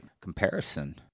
comparison